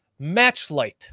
Matchlight